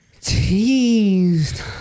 teased